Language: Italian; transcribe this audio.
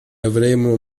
avremo